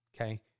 Okay